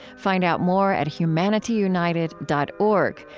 find out more at humanityunited dot org,